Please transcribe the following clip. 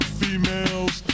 females